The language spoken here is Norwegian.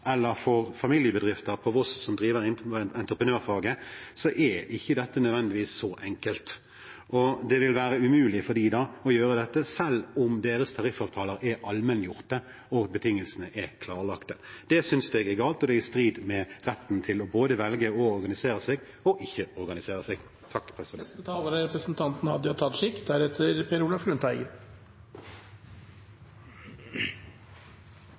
eller familiebedrifter på Voss som driver innenfor entreprenørfaget, ikke nødvendigvis er så enkelt. Det vil være umulig for dem å gjøre dette, selv om deres tariffavtaler er allmenngjort og betingelsene er klarlagt. Det synes jeg er galt, og det er i strid med både retten til å velge å organisere seg og retten til ikke å organisere seg. Representanten